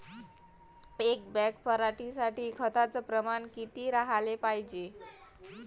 एक बॅग पराटी साठी खताचं प्रमान किती राहाले पायजे?